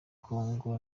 congo